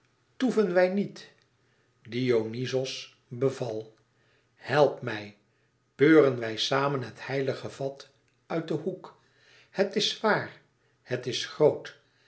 toeven wij niet dionyzos beval help mij beuren wij samen het heilige vat uit den hoek het is zwaar het is groot